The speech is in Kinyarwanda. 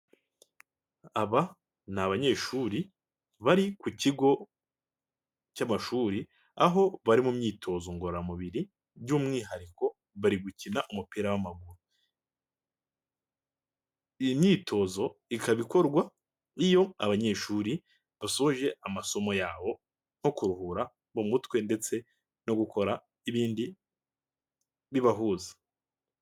Aba ni abanyeshuri bari ku kigo cy'amashuri aho bari mu myitozo ngororamubiri by'umwihariko bari gukina umupira w'amaguru, iyi imyitozo ikaba ikorwa iyo abanyeshuri basoje amasomo yabo nko kuruhura mu mutwe ndetse no gukora ibindi bibahuza.